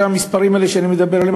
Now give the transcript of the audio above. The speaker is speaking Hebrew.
המספרים האלה שאני מדבר עליהם,